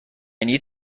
need